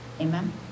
Amen